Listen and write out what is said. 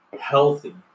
healthy